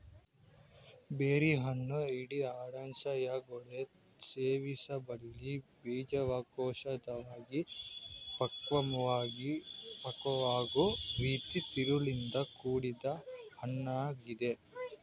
ಬೆರ್ರಿಹಣ್ಣು ಇಡೀ ಅಂಡಾಶಯಗೋಡೆ ಸೇವಿಸಬಲ್ಲ ಬೀಜಕೋಶವಾಗಿ ಪಕ್ವವಾಗೊ ರೀತಿ ತಿರುಳಿಂದ ಕೂಡಿದ್ ಹಣ್ಣಾಗಿದೆ